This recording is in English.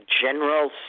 general